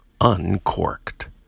uncorked